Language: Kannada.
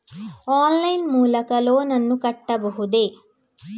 ಆನ್ಲೈನ್ ಲೈನ್ ಮೂಲಕ ಲೋನ್ ನನ್ನ ಕಟ್ಟಬಹುದೇ?